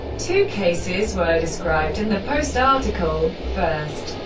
two cases were described in the post article first,